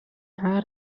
haar